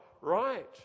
right